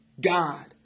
God